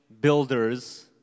builders